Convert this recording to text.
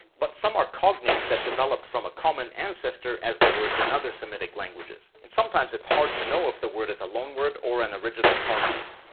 but some are cognates that developed from a common ancestor as the words in other semitic languages. and sometimes it's hard to know if the word is a loan word or an cognate.